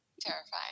terrifying